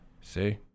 See